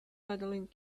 medaling